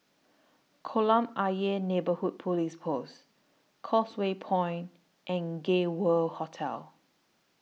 Kolam Ayer Neighbourhood Police Post Causeway Point and Gay World Hotel